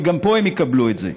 שגם פה הם יקבלו את זה.